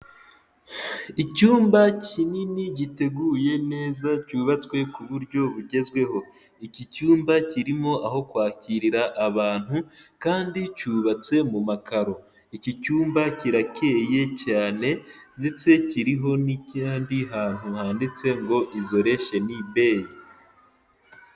Icyumba kinini giteguye neza cyubatswe ku buryo bugezweho, iki cyumba kirimo aho kwakirira abantu kandi cyubatse mu makaro, iki cyumba kirakeye cyane ndetse kiriho n'ahandi hantu handitse ngo isolation b.